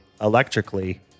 electrically